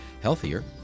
healthier